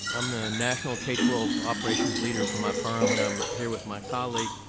i'm the national k twelve operations leader for my firm and i'm here with my colleague,